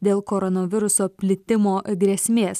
dėl koronaviruso plitimo grėsmės